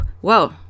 Whoa